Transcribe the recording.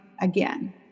again